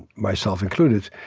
myself included,